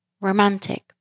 Romantic